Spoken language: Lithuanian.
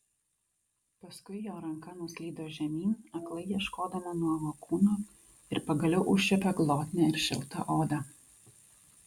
paskui jo ranka nuslydo žemyn aklai ieškodama nuogo kūno ir pagaliau užčiuopė glotnią ir šiltą odą